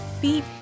beep